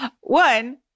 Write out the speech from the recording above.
One